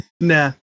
Nah